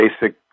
basic